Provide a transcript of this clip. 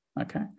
okay